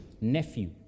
nephew